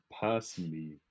personally